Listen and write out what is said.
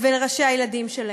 וראשי הילדים שלהם.